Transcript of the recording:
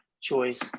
choice